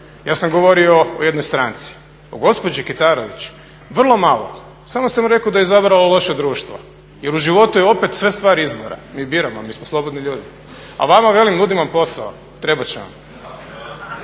ja sam govorio o jednoj stranci, o gospođi Kitarović vrlo malo. Samo sam rekao da je izabrala loše društvo jer u životu je opet sve stvar izbora. Mi biramo, mi smo slobodni ljudi. A vama velim nudim vam posao, trebat će vam.